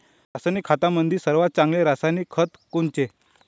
रासायनिक खतामंदी सर्वात चांगले रासायनिक खत कोनचे?